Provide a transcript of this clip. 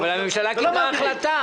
אבל הממשלה קיבלה החלטה.